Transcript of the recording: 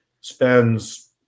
spends